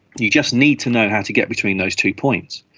you just need to know how to get between those two points.